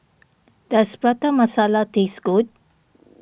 does Prata Masala taste good